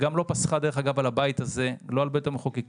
דרך אגב, היא לא פסחה על הבית הזה ועל הממשלה.